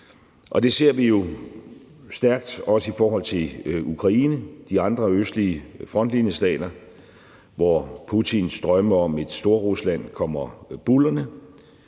Det ser vi jo også stærkt i forhold til Ukraine og de andre østlige frontlinjestater, hvor Putins drømme om et Storrusland kommer buldrende,